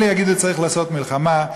אלה יגידו צריך לעשות מלחמה,